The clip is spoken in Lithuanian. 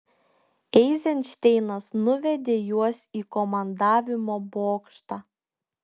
eizenšteinas nuvedė juos į komandavimo bokštą